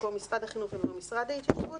במקום "משרד החינוך" יבוא "משרד ההתיישבות"".